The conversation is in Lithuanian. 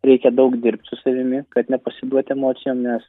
reikia daug dirbt su savimi kad nepasiduoti emocijom nes